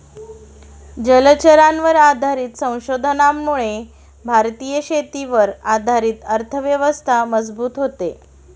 जलचरांवर आधारित संशोधनामुळे भारतीय शेतीवर आधारित अर्थव्यवस्था मजबूत होते